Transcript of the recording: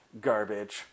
garbage